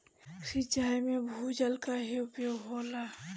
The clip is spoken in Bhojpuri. सिंचाई में भूजल क ही उपयोग होला